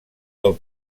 del